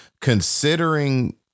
considering